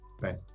right